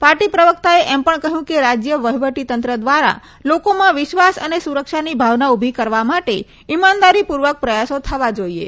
party પ્રવક્તાએ એમ પણ કહ્યું કે રાજ્ય વહીવટીતંત્ર દ્વારા લોકોમાં વિશ્વાસ અને સુરક્ષાની ભાવના ઊભી કરવા માટે ઇમાનદારીપૂર્વક પ્રયાસો થવા જોઈએ